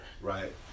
Right